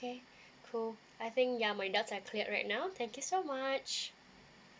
okay so I think ya my doubts had cleared right now thank you so much